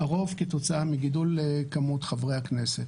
הרוב כתוצאה מגידול במספר חברי הכנסת.